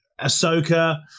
Ahsoka